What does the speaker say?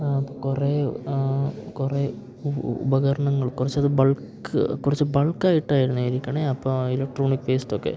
കുറേ കുറേ ഉപകരണങ്ങൾ കുറച്ചത് ബൾക്ക് കുറച്ച് ബൾക്കായിട്ടായിരുന്നെ ഇരിക്കണത് അപ്പോൾ ഇലക്ട്രോണിക് വേസ്റ്റൊക്കെ